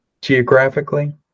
geographically